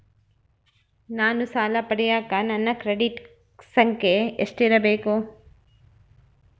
ನಾನು ಸಾಲ ಪಡಿಯಕ ನನ್ನ ಕ್ರೆಡಿಟ್ ಸಂಖ್ಯೆ ಎಷ್ಟಿರಬೇಕು?